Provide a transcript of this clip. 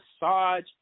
massage